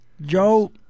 Joe